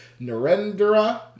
Narendra